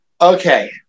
Okay